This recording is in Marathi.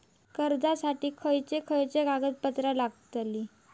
कर्जासाठी खयचे खयचे कागदपत्रा लागतली?